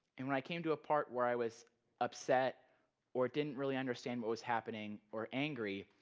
and when i came to a part where i was upset or didn't really understand what was happening or angry,